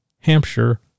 Hampshire